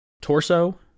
Torso